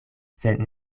sed